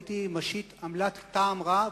הייתי משית עמלת טעם רע,